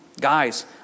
guys